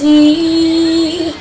he